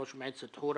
ראש מועצת חורה